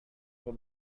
oder